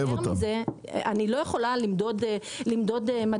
אני לא יכולה למדוד מדפים.